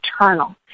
eternal